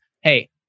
hey